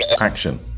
Action